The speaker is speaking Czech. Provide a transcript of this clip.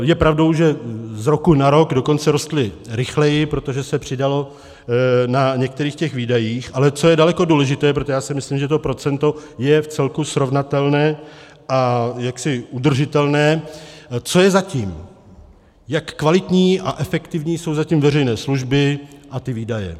Je pravdou, že z roku na rok dokonce rostly rychleji, protože se přidalo na některých těch výdajích, ale co je daleko důležité, protože já si myslím, že to procento je vcelku srovnatelné a jaksi udržitelné, co je za tím, jak kvalitní a efektivní jsou zatím veřejné služby a ty výdaje.